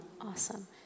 awesome